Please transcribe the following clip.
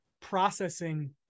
processing